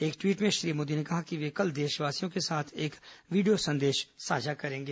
एक ट्वीट में श्री मोदी ने कहा कि वे कल देशवासियों के साथ एक वीडियो संदेश साझा करेंगे